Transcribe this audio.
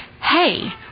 hey